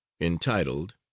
entitled